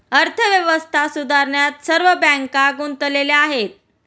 अर्थव्यवस्था सुधारण्यात सर्व बँका गुंतलेल्या आहेत